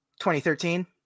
2013